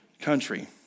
country